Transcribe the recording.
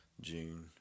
June